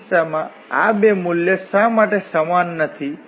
આ કિસ્સામાં આ બે મૂલ્ય શા માટે સમાન નથી